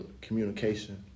communication